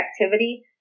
activity